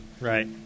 Right